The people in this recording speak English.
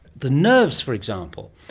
the nerves for example,